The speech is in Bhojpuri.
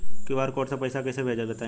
क्यू.आर कोड से पईसा कईसे भेजब बताई?